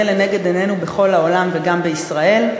לנגד עינינו בכל העולם וגם בישראל.